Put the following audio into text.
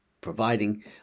providing